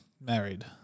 married